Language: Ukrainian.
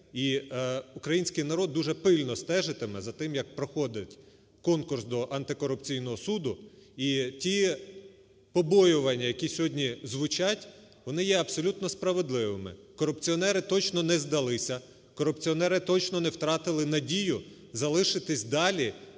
І український народ дуже пильно стежитиме за тим, як проходить конкурс до антикорупційного суду. І ті побоювання, які сьогодні звучать, вони є абсолютно справедливими. Корупціонери точно не здалися, корупціонери точно не втратили надію залишитись далі